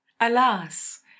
alas